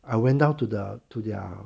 I went down to the to their